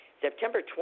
September